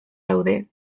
daude